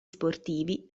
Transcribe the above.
sportivi